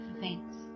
events